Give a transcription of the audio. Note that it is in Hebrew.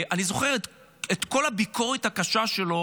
אני זוכר את כל הביקורת הקשה שלו,